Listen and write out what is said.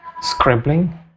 scribbling